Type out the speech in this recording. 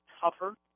tougher